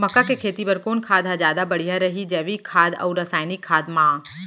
मक्का के खेती बर कोन खाद ह जादा बढ़िया रही, जैविक खाद अऊ रसायनिक खाद मा?